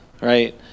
right